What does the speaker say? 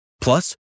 Plus